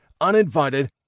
uninvited